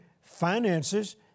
finances